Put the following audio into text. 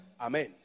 Amen